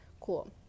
cool